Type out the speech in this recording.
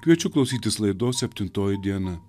kviečiu klausytis laidos septintoji diena